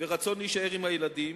ורצון להישאר עם הילדים,